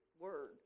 word